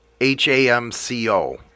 H-A-M-C-O